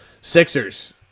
Sixers